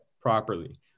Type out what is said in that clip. properly